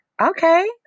Okay